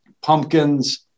pumpkins